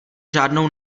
žádnou